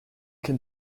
can